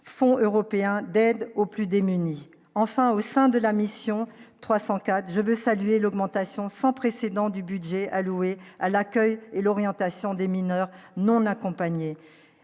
fonds européen d'aide aux plus démunis, enfin, au sein de la mission 340 je veux saluer l'augmentation sans précédent du budget alloué à l'accueil et l'orientation des mineurs non accompagnés